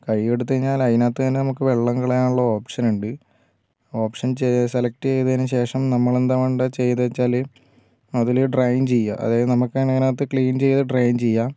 കഴുകി എടുത്തു കഴിഞ്ഞാൽ അതിനകത്തു തന്നെ നമുക്ക് വെള്ളം കളയാനുള്ള ഓപ്ഷൻ ഉണ്ട് ഓപ്ഷൻ ചെയ്ത് സെലക്ട് ചെയ്തയിനുശേഷം നമ്മൾ എന്താ വേണ്ടത് ചെയ്തത് വച്ചാൽ അതിൽ ഡ്രയിൻ ചെയ്യുക അതായത് നമ്മൾക്ക് തന്നെ അതിനകത്ത് ക്ലീൻ ചെയ്ത് ഡ്രയിൻ ചെയ്യാം